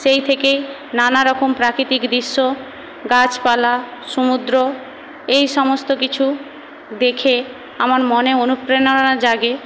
সেই থেকেই নানারকম প্রাকৃতিক দৃশ্য গাছপালা সমুদ্র এই সমস্ত কিছু দেখে আমার মনে অনুপ্রেরণা জাগে